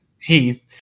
teeth